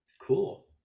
Cool